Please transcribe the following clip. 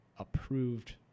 approved